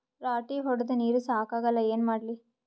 ರಾಟಿ ಹೊಡದ ನೀರ ಸಾಕಾಗಲ್ಲ ಏನ ಮಾಡ್ಲಿ?